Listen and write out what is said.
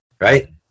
right